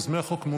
יוזמי החוק,